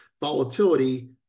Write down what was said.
Volatility